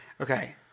Okay